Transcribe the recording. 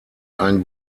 einen